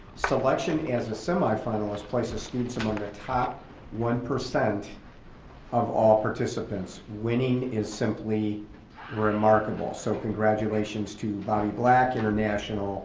selection as a semi-finalist places students among the top one percent of all participants. winning is simply remarkable, so congratulations to bobby black international